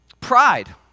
Pride